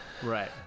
Right